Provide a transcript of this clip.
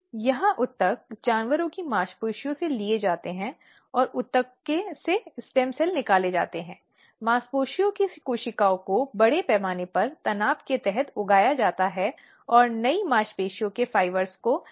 दूसरी महत्वपूर्ण बात आंतरिक शिकायत समिति को सुविधा प्रदान करना एक समिति बनाना और उसके बाद बाधा डालना कानून के उद्देश्य की पूर्ति नहीं करता है